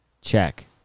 Check